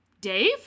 Dave